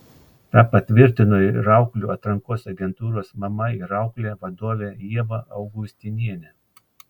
tą patvirtino ir auklių atrankos agentūros mama ir auklė vadovė ieva augustinienė